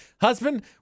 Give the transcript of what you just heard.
Husband